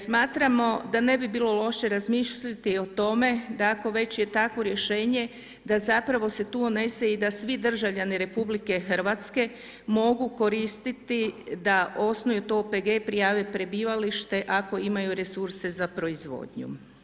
Smatramo da ne bi bilo loše razmisliti da o tome, da ako već je takovo rješenje, da zapravo se tu unese i da svi državljani RH mogu koristiti da osnuju to OPG i prijave prebivalište ako imaju resurse za proizvodnju.